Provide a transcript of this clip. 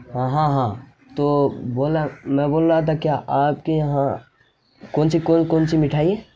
ہاں ہاں ہاں تو بولا میں بول رہا تھا کہ آپ کے یہاں کون سی کون کون سی مٹھائی ہے